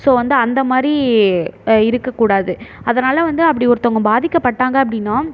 so வந்து அந்த மாதிரி இருக்கக்கூடாது அதனால் வந்து அப்படி ஒருத்தவங்க பாதிக்க பட்டாங்க அப்படினா